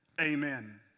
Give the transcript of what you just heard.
amen